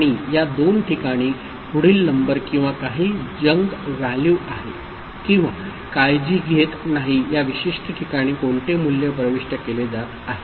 आणि या दोन ठिकाणी पुढील नंबर किंवा काही जंक व्हॅल्यू आहे किंवा काळजी घेत नाही या विशिष्ट ठिकाणी कोणते मूल्य प्रविष्ट केले जात आहे